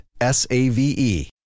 S-A-V-E